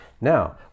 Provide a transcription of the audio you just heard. Now